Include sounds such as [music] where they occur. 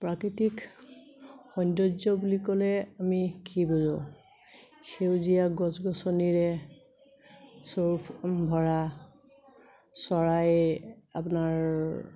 প্ৰাকৃতিক সৌন্দৰ্য্য বুলি ক'লে আমি কি [unintelligible] সেউজীয়া গছ গছনিৰে [unintelligible] ভৰা চৰাই আপোনাৰ